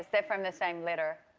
they're from the same litter.